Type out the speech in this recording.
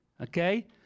Okay